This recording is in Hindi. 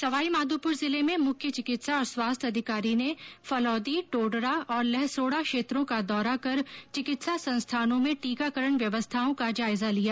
सवाईमाधोपूर जिले में मुख्यचिकित्सा और स्वास्थ्य अधिकारी ने फलोदी टोडरा और लहसोड़ा क्षेत्रों का दौरा कर चिकित्सा संस्थानों में टीकाकरण व्यवस्थाओं का जायजा लिया